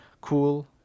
cool